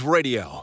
Radio